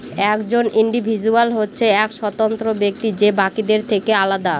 একজন ইন্ডিভিজুয়াল হচ্ছে এক স্বতন্ত্র ব্যক্তি যে বাকিদের থেকে আলাদা